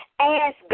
ask